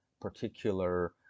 particular